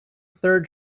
third